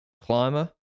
climber